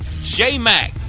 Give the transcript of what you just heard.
J-Mac